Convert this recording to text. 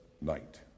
night